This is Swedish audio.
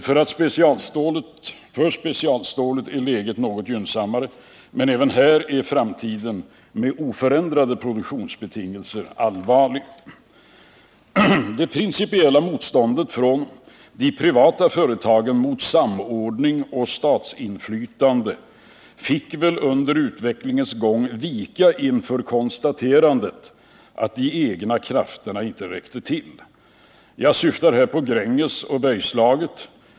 För specialstålet är läget något gynnsammare, men även här är framtiden med oförändrade produktionsbetingelser allvarlig. Det principiella motståndet från privatföretagen mot samordning och statsinflytande fick väl under utvecklingens gång vika inför konstaterandet av att de egna krafterna inte räckte till. Jag syftar här på Gränges och Bergslaget.